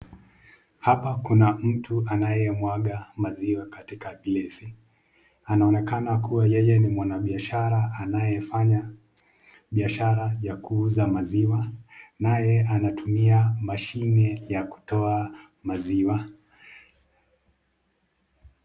Hapa kuna mtu anayemwanga maziwa katika glesi. Anaonekana kuwa yeye ni mwanabiashara anayefanya biashara ya kuuza maziwa naye anatumia mashini ya kutoa maziwa.